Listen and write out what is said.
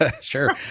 Sure